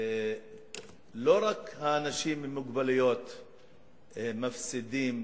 לא רק האנשים עם מוגבלויות מפסידים,